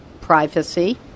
privacy